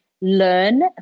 learn